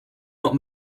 not